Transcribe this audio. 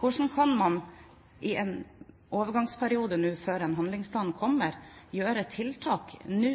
Hvordan kan man – i en overgangsperiode, før handlingsplanen kommer – gjøre tiltak nå